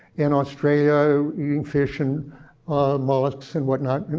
in australia, eating fish and mollusks and whatnot,